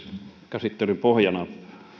käsittelyn pohjana